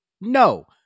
No